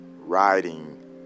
riding